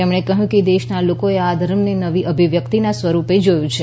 તેમણે કહ્યું કે દેશના લોકોએ આ ધર્મને નવી અભિવ્યક્તિના સ્વરૂપે જોયું છે